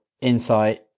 insight